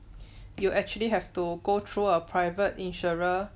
you actually have to go through a private insurer